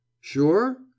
Sure